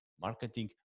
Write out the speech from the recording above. marketing